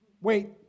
wait